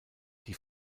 die